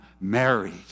married